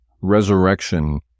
Resurrection